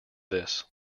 this